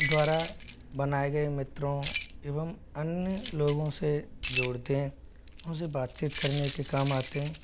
द्वारा बनाए गए मित्रों एवं अन्य लोगों से जोड़ते हैं उन से बातचीत करने के काम आते हैं